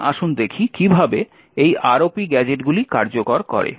সুতরাং আসুন দেখি কিভাবে এই ROP গ্যাজেটগুলি কার্যকর করে